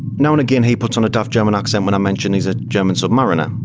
now and again he puts on a daft german accent when i mention he's a german submariner.